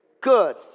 Good